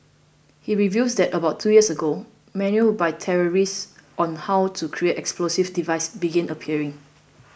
he reveals that about two years ago manuals by terrorists on how to create explosive devices began appearing